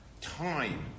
time